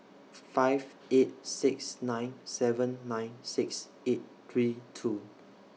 five eight six nine seven nine six eight three two